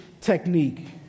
technique